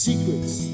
Secrets